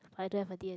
I don't have a D_S